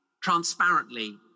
transparently